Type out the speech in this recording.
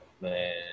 Man